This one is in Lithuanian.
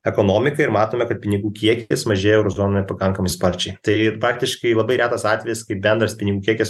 ekonomikai ir matome kad pinigų kiekis mažėja euro zonoje pakankamai sparčiai tai faktiškai labai retas atvejis kai bendras pinigų kiekis